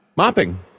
Mopping